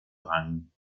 rang